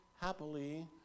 happily